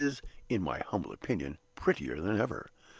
in my humble opinion, prettier than ever.